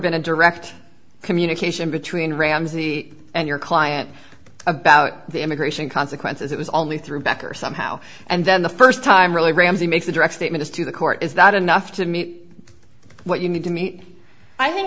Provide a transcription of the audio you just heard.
been a direct communication between ramsey and your client about the immigration consequences it was only through back or somehow and then the st time really ramsey makes a direct statement to the court is that enough to meet what you mean to me i think